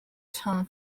term